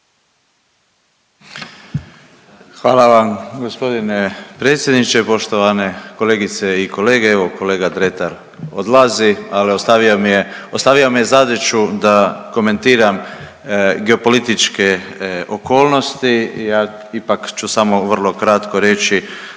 Hvala vam g. predsjedniče, poštovane kolegice i kolege, evo, kolega Dretar odlazi, ali ostavio mi je, ostavio mi je zadaću da komentiram geopolitičke okolnosti, ja ipak ću samo vrlo kratko reći